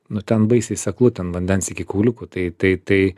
nu ten baisiai seklu ten vandens iki kauliuko tai tai tai